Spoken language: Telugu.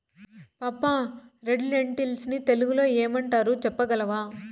పాపా, రెడ్ లెన్టిల్స్ ని తెలుగులో ఏమంటారు చెప్పగలవా